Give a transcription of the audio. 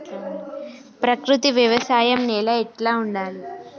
ప్రకృతి వ్యవసాయం నేల ఎట్లా ఉండాలి?